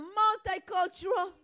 multicultural